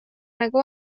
nagu